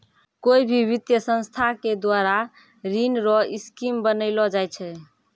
कोय भी वित्तीय संस्था के द्वारा ऋण रो स्कीम बनैलो जाय छै